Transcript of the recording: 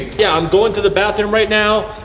yeah, i'm going to the bathroom right now,